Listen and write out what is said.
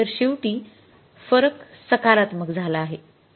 तर शेवटी फरक सकारात्मक झाला आहे